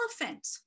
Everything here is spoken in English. elephant